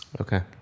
Okay